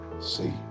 see